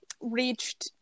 reached